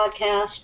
podcast